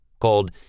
Called